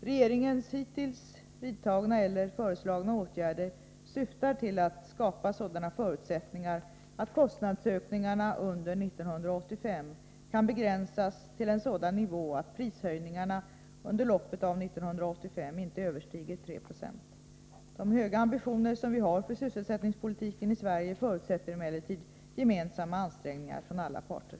Regeringens hittills vidtagna eller föreslagna åtgärder syftar till att skapa sådana förutsättningar att kostnadsökningarna under 1985 kan begränsas till en sådan nivå att prishöjningarna under loppet av 1985 inte överstiger 3 20. De höga ambitioner som vi har för sysselsättningspolitiken i Sverige förutsätter emellertid gemensamma ansträngningar från alla parter.